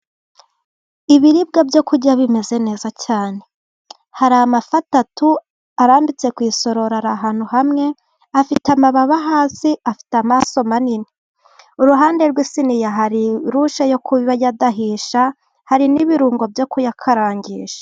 Ibiribwa byo kurya bimeze neza cyane, hari amafi atatu arambitse ku isorori ari ahantu hamwe, afite amababa hasi afite amaso manini. Iruhande rw' isiniya hari rushe yo kuyadahisha, hari n'ibirungo byo kuyakarangisha.